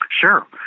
Sure